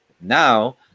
Now